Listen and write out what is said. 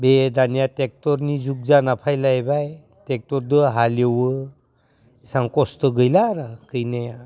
बे दानिया ट्रेक्टर नि जुग जाना फैलायबाय ट्रेक्टर दो हालेवो इसां खस्थ' गैला आरै गैनाया